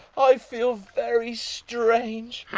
i feel very strange.